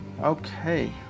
okay